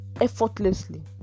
effortlessly